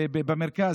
במרכז.